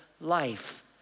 life